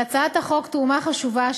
להצעת החוק תרומה חשובה,